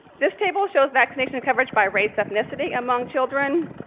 this table shows vaccination coverage by race ethnicity among children.